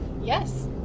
Yes